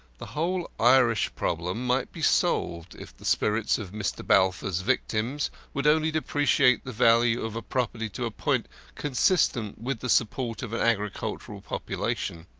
the whole irish problem might be solved if the spirits of mr. balfour's victims would only depreciate the value of property to a point consistent with the support of an agricultural population.